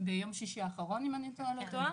ביום שישי האחרון אם אני לא טועה.